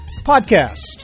podcast